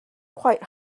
quite